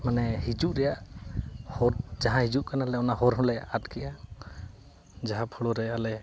ᱢᱟᱱᱮ ᱦᱤᱡᱩᱜ ᱨᱮᱭᱟᱜ ᱦᱚᱨ ᱡᱟᱦᱟᱸ ᱦᱤᱡᱩᱜ ᱠᱟᱱᱟᱞᱮ ᱚᱱᱟ ᱦᱚᱨ ᱦᱚᱸᱞᱮ ᱟᱫ ᱠᱮᱜᱼᱟ ᱡᱟᱦᱟᱸ ᱯᱷᱞᱳ ᱨᱮ ᱟᱞᱮ